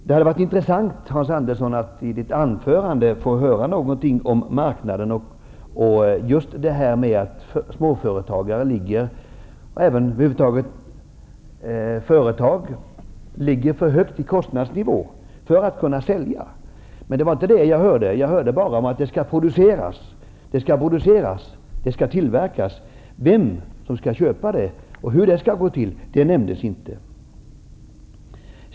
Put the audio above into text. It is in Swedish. Det hade varit intressant, Hans Andersson, att få höra något om marknaden och det faktum att företag ligger för högt i kostnadsnivå för att kunna sälja. Det var inte vad jag hörde. Jag hörde bara att det skall produceras och att det skall tillverkas. Vem som skall köpa allt och hur det skall gå till nämndes inte.